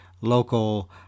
local